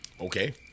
Okay